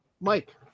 Mike